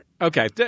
Okay